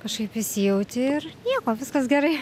kažkaip įsijauti ir nieko viskas gerai